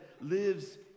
lives